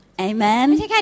Amen